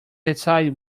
decide